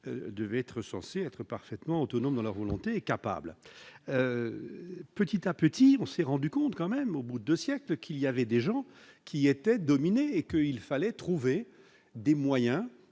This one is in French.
devaient être censées être parfaitement autonome dans leur volonté capable petit à petit, on s'est rendu compte quand même au bout de siècle qu'il y avait des gens qui étaient dominés et que il fallait trouver des moyens